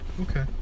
okay